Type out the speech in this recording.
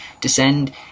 descend